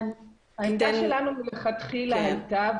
העמדה שלנו מלכתחילה הייתה,